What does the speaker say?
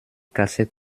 cassait